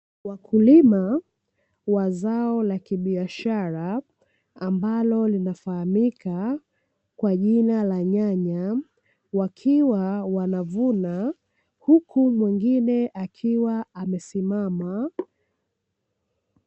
Wakulima wa zao la kibiashara ambalo linafahamika kwa jina la nyanya wakiwa wanavuna, huku mwingine akiwa amesimama.